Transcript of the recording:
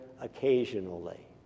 occasionally